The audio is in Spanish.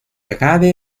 agave